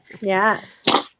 yes